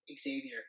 Xavier